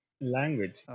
Language